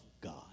God